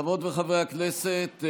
חברות וחברי הכנסת,